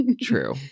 True